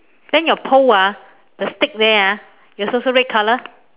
then your pole ah the stick there ah is also red color